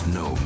no